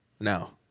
now